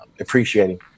appreciating